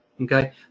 Okay